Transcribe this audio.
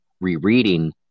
rereading